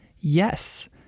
Yes